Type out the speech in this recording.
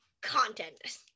content